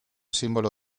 símbolo